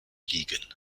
ligen